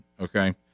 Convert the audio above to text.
okay